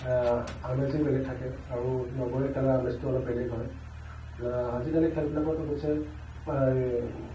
আমেজেই বেলেগ থাকে আৰু নগৰীয়া খেলাৰ আমেজটো অলপ বেলেগ হয় আজিকালি খেলবিলাকত অৱশ্যে